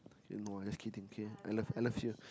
no lah just kidding okay I love I love you